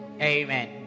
Amen